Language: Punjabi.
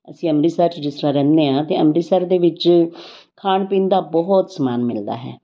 ਅਸੀਂ ਅੰਮ੍ਰਿਤਸਰ 'ਚ ਜਿਸ ਤਰ੍ਹਾਂ ਰਹਿੰਦੇ ਹਾਂ ਅਤੇ ਅੰਮ੍ਰਿਤਸਰ ਦੇ ਵਿੱਚ ਖਾਣ ਪੀਣ ਦਾ ਬਹੁਤ ਸਮਾਨ ਮਿਲਦਾ ਹੈ